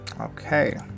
Okay